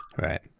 Right